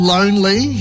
Lonely